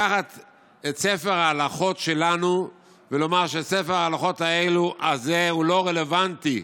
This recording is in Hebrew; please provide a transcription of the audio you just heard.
לקחת את ספר ההלכות שלנו ולומר שספר ההלכות הזה לא רלוונטי.